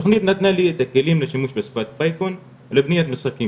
התוכנית נתנה לי את הכלים לשימוש בשפת פייטון לבניית משחקים